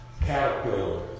caterpillar